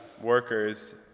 workers